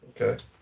Okay